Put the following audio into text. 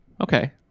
okay